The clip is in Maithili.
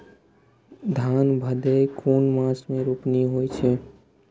धान भदेय कुन मास में रोपनी होय छै?